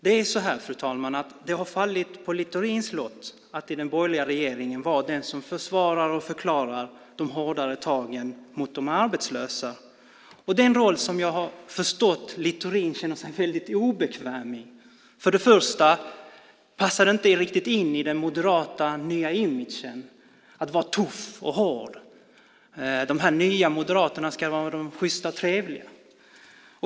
Fru talman! Det har fallit på Littorins lott att i den borgerliga regeringen vara den som förklarar och förvarar de hårdare tagen mot de arbetslösa. Det är en roll som jag har förstått att Littorin känner sig väldigt obekväm med. För det första passar det inte riktigt in i den moderata nya imagen att vara tuff och hård. De nya moderaterna ska vara de sjysta och trevliga.